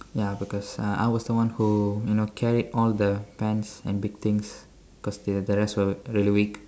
ya because uh I was the one who you know carried all the pans and big things cause the the rest were really weak